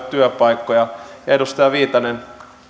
työpaikkoja edustaja viitanen